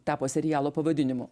tapo serialo pavadinimu